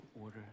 order